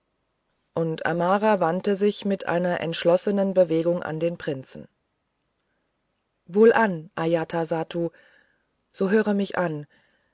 und amara wandte sich mit einer entschlossenen bewegung an den prinzen wohlan ajatasattu so höre mich an